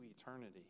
eternity